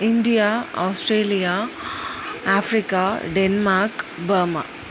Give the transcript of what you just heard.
India Australia Africa Denmark Burma